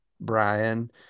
Brian